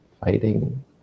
fighting